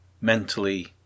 mentally